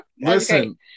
listen